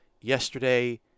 yesterday